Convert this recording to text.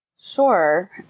Sure